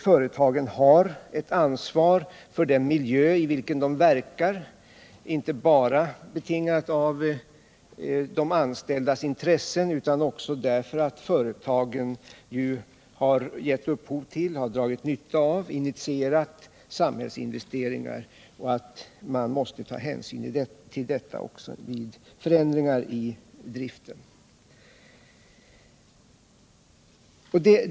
Företagen har ett ansvar för den miljö i vilken de verkar, inte bara betingat av de anställdas intressen utan också av att företagen har gett upphov till, dragit nytta av och initierat samhällsinvesteringar, vilket man måste ta hänsyn till vid förändringar i driften.